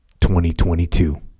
2022